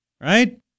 right